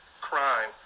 crime